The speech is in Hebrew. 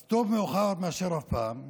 אז טוב מאוחר מאשר אף פעם.